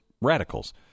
radicals